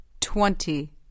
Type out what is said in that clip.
Twenty